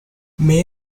may